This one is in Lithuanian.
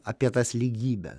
apie tas lygybę